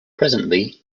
presently